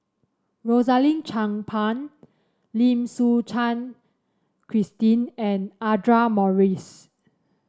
Rosaline Chan Pang Lim Suchen Christine and Audra Morrice